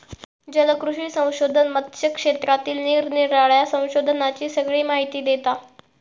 जलकृषी संशोधन मत्स्य क्षेत्रातील निरानिराळ्या संशोधनांची सगळी माहिती देता